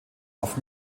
auf